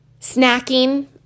Snacking